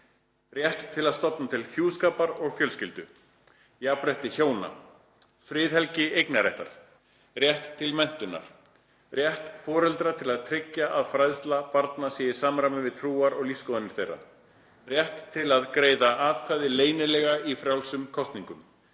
Rétt til að stofna til hjúskapar og fjölskyldu. * Jafnrétti hjóna. * Friðhelgi eignarréttar. * Rétt til menntunar. * Rétt foreldra til að tryggja að fræðsla barna sé í samræmi við trúar- og lífsskoðanir þeirra. * Rétt til að greiða atkvæði leynilega í frjálsum kosningum.